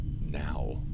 now